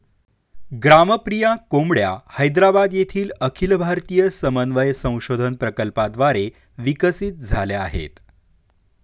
ग्रामप्रिया कोंबड्या हैदराबाद येथील अखिल भारतीय समन्वय संशोधन प्रकल्पाद्वारे विकसित झाल्या आहेत